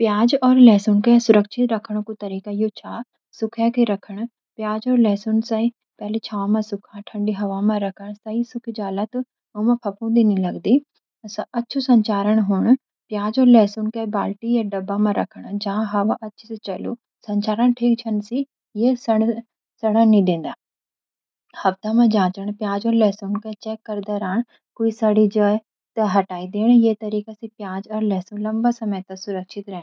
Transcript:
प्याज और लहसुन के सुरक्षित राखन कु तरीक़ा यू छा।: सुखे की राखन: प्याज़ और लहसुन सई पैली छाँव म सूखां, ठंडी हावा म राखन। सई सूखी जाला तो ओन म फफूंदी नि लगदी। अच्छू संचारण होण: प्याज़ और लहसुन कैं बाल्टी या डब्बा म राखन, जहाँ हावा अच्चे से चलू। संचारण ठीक छनन से यन सड़ण नि दिंदा। एकदम सुखे की थैलियों म बंद करी के रखन हफ्ता म जाँचण: प्याज़ और लहसुन कैं चेक करदा रान कुई सड़ी जौ त हटाई देन ये तरीका सी प्याज अर लहसुन लंबा समय तक सुरक्षित रहन।